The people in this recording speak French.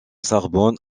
sorbonne